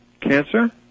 cancer